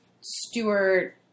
Stewart